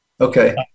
okay